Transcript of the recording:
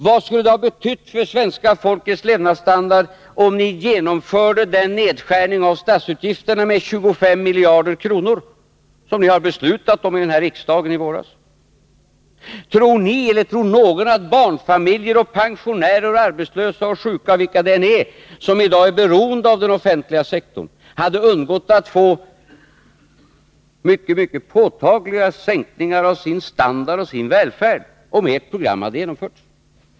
Vad skulle det ha betytt för svenska folkets levnadsstandard om ni genomfört den nedskärning av statsutgifterna med 25 miljarder kronor som ni har beslutat om här i riksdagen i våras? Jag undrar om ni eller någon annan tror att barnfamiljer, pensionärer, arbetslösa, sjuka och vilka det nu än är, som i dag är beroende av den offentliga sektorn, hade undgått att få mycket påtagliga sänkningar av sin standard och sin välfärd om ert program hade genomförts.